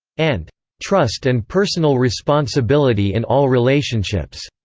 and trust and personal responsibility in all relationships.